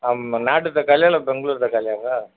ஆமா நாட்டு தக்காளியா இல்லை பெங்களூர் தக்காளியாக்கா